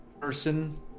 person